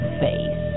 face